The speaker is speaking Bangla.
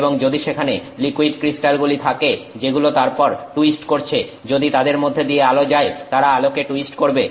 এবং যদি সেখানে লিকুইড ক্রিস্টালগুলি থাকে যেগুলো তারপর টুইস্ট করছে যদি তাদের মধ্যে দিয়ে আলো যায় তারা আলোকে টুইস্ট করবে